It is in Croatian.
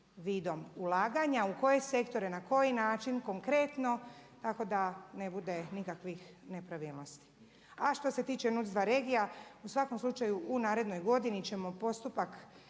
vidom ulaganja. U koje sektore, na koji način, konkretno tako da ne bude nikakvih nepravilnosti. A što se tiče NUC2 regija u svakom slučaju u narednoj godini ćemo postupak